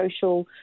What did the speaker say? social